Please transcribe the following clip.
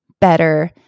better